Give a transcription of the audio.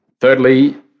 Thirdly